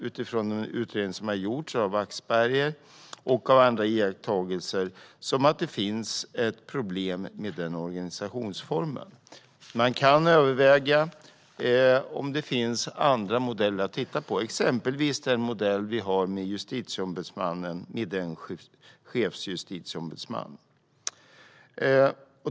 Utifrån den utredning som har gjorts av Axberger och utifrån andra iakttagelser verkar det finnas problem med denna organisationsform. Man kan överväga andra modeller, exempelvis den modell som finns för Justitieombudsmannen med en chefsjustitieombudsman.